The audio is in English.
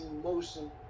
emotion